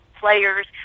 players